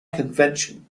convention